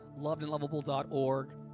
lovedandlovable.org